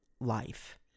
life